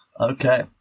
Okay